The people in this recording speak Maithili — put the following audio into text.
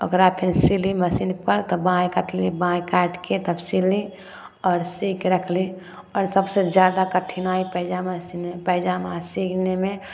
ओकरा फेन सिली मशीनपर तऽ बाँहि काटली बाँहि काटिके तब सिली आओर सीके रखली आओर सबसँ जादा कठिनाइ पयजामा सिनाइ पयजामा सीनेमे